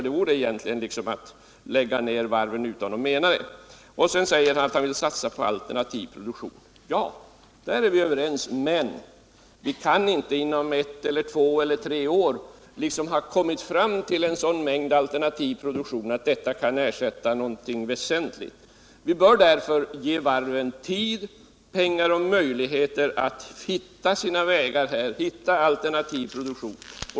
Det vore liksom att lägga ned varven utan att mena det. Sedan anför industriministern att han vill satsa på alternativ produktion. Ja, där är vi överens. Men vi kan inte inom 1-3 år komma fram till en sådan mängd alternativ produktion att den kan utgöra en väsentlig ersättning. Vi bör därför ge varven tid, pengar och möjligheter att hitta sina vägar till alternativ produktion.